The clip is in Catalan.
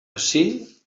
ací